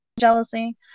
jealousy